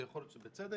ויכול להיות שבצדק,